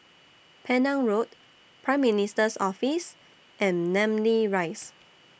Penang Road Prime Minister's Office and Namly Rise